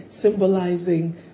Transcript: symbolizing